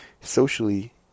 Socially